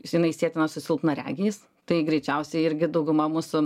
jinai sietina su silpnaregiais tai greičiausiai irgi dauguma mūsų